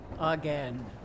Again